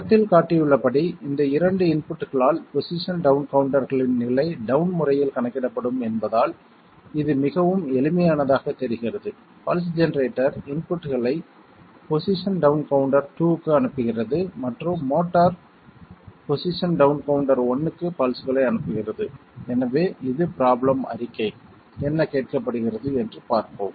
படத்தில் காட்டப்பட்டுள்ளபடி இந்த 2 இன்புட்களால் பொசிஷன் டவுண் கவுண்டர்களின் நிலை டவுன் முறையில் கணக்கிடப்படும் என்பதால் இது மிகவும் எளிமையானதாகத் தெரிகிறது பல்ஸ் ஜெனரேட்டர் இன்புட்களை பொசிஷன் டவுண் கவுண்டர் 2 க்கு அனுப்புகிறது மற்றும் மோட்டார் பொசிஷன் டவுண் கவுண்டர் 1 க்கு பல்ஸ்களை அனுப்புகிறது எனவே இது ப்ரோப்லேம் அறிக்கை என்ன கேட்கப்படுகிறது என்று பார்ப்போம்